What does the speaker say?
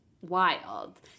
wild